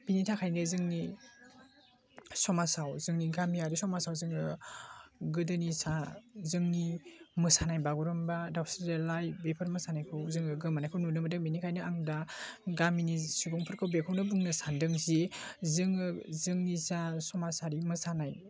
बिनि थाखायनो जोंनि समाजाव जोंनि गामियारि समाजाव जोङो गोदोनि जा जोंनि मोसानाय बागुरुम्बा दाउस्रि देलाय बेफोर मोसानायखौ जोङो गोमानायखौ नुनो मोन्दों बेनिखायनो आं दा गामिनि सुबुंफोरखौ बेखौनो बुंनो सान्दों जि जोङो जोंनि जा समाजारि मोसानाय